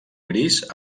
gris